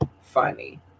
funny